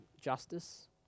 justice